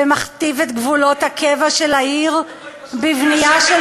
ומכתיב את גבולות הקבע של העיר בבנייה של